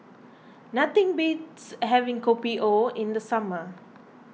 nothing beats having Kopi O in the summer